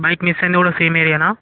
bike miss అయింది కూడా same ఏరియానా